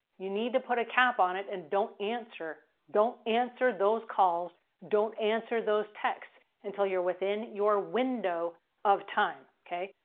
you need to put a cap on it and don't answer. don't answer those calls. don't answer those texts until you're within your window of time, okay?